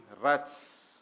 rats